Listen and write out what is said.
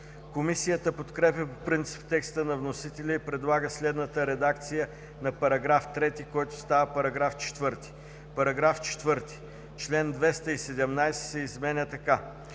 Комисията подкрепя по принцип текста на вносителя и предлага следната редакция на § 3, който става § 4: „§ 4. Член 217 се изменя така: